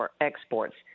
exports